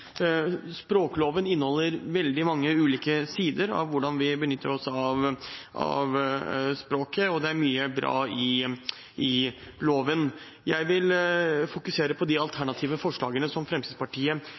Språkloven inneholder veldig mange ulike sider av hvordan vi benytter oss av språket, og det er mye bra i loven. Jeg vil fokusere på de